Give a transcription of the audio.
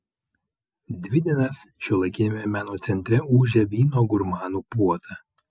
dvi dienas šiuolaikiniame meno centre ūžė vyno gurmanų puota